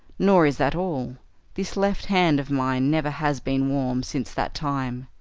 nor is that all this left hand of mine never has been warm since that time.